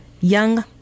young